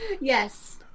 Yes